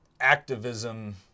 activism